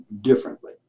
differently